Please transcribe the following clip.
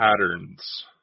patterns